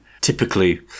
typically